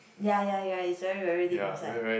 ya ya ya is very very deep inside